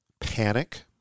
panic